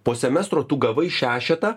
po semestro tu gavai šešetą